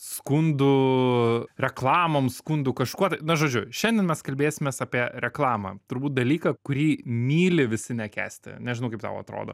skundų reklamom skundų kažkuo na žodžiu šiandien mes kalbėsimės apie reklamą turbūt dalyką kurį myli visi nekęsti nežinau kaip tau atrodo